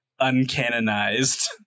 uncanonized